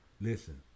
Listen